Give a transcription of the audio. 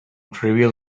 trivial